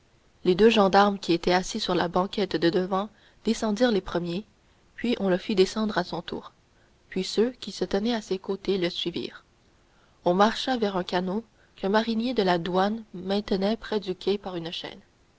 les deux gendarmes qui étaient assis sur la banquette de devant descendirent les premiers puis on le fit descendre à son tour puis ceux qui se tenaient à ses côtés le suivirent on marcha vers un canot qu'un marinier de la douane maintenait près du quai par une chaîne